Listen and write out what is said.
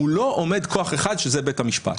מולו עומד כוח אחד, שזה בית המשפט.